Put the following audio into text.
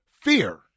fear